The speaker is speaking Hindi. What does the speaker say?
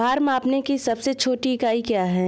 भार मापने की सबसे छोटी इकाई क्या है?